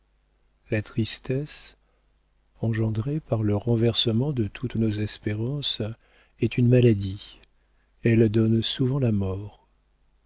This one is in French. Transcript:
la tristesse engendrée par le renversement de toutes nos espérances est une maladie elle donne souvent la mort